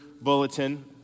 Bulletin